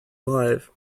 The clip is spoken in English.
live